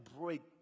break